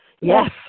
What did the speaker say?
Yes